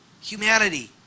Humanity